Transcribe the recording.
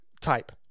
type